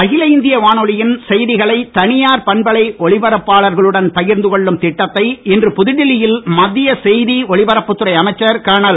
அகில இந்திய வானொலியின் செய்திகளை தனியார் பண்பலை ஒலிபரப்பாளர்களுடன் பகிர்ந்து கொள்ளும் திட்டத்தை இன்று புதுடெல்லியில் மத்திய செய்தி ஒலிபரப்புத்துறை அமைச்சர் கர்னல்